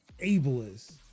ableist